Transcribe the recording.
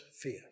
fear